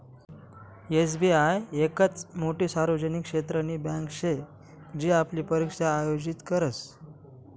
SBI येकच मोठी सार्वजनिक क्षेत्रनी बँके शे जी आपली परीक्षा आयोजित करस